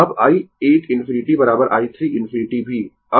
अब i 1 ∞ i 3 ∞ भी